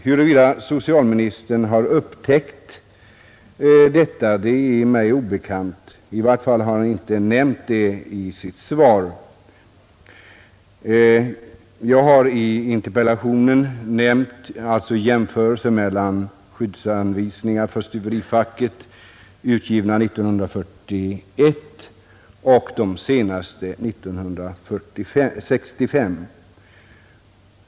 Huruvida socialministern har upptäckt detta är mig obekant. I vart fall har han inte nämnt det i sitt svar. Jag har i interpellationen gjort en jämförelse mellan skyddsanvisningarna för stuverifacket utgivna 1941 och de senaste av år 1965.